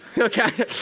Okay